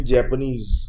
Japanese